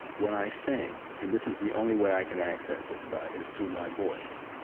when i sing? and this is the only way i can access it by is through my voice,